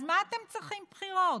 אז מה אתם צריכים בחירות?